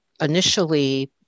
initially